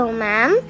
ma'am